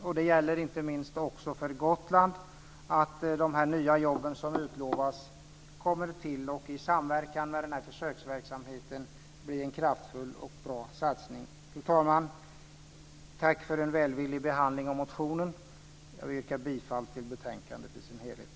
Och det gäller inte minst också för Gotland att de nya jobb som utlovas kommer till och i samverkan med försöksverksamheten blir en kraftfull och bra satsning. Fru talman! Tack för en välvillig behandling av motionen. Jag yrkar bifall till hemställan i betänkandet i dess helhet.